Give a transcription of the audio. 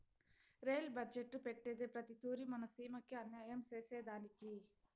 rail budget పెట్టేదే ప్రతి తూరి మన సీమకి అన్యాయం సేసెదానికి